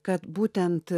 kad būtent